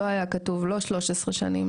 לא היה כתוב לא 13 שנים,